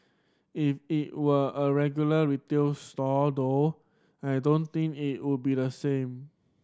if it were a regular retail store though I don't think it would be the same